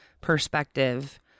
perspective